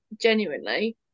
genuinely